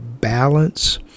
balance